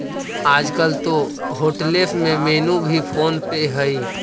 आजकल तो होटेल्स में मेनू भी फोन पे हइ